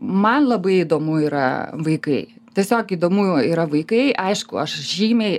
man labai įdomu yra vaikai tiesiog įdomu yra vaikai aišku aš žymiai